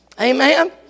Amen